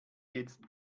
jetzt